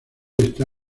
esta